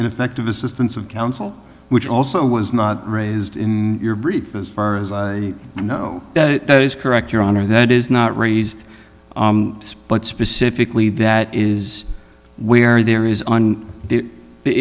ineffective assistance of counsel which also was not raised in your brief as far as i know that is correct your honor that is not raised but specifically that is where there is on the